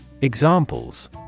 Examples